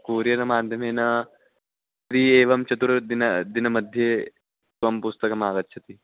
courier माध्यमेन त्रि एवं चतुर्दिनं दिनमध्ये त्वं पुस्तकम् आगच्छति